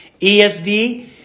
ESV